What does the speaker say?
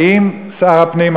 האם שר הפנים,